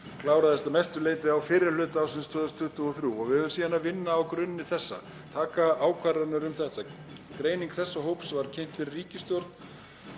kláraðist að mestu leyti á fyrri hluta ársins 2023 og við höfum síðan verið að vinna á grunni þessa og tekið ákvarðanir um þetta. Greining þessa hóps var kynnt fyrir ríkisstjórn.